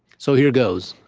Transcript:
so here goes.